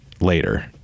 later